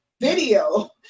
video